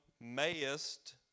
mayest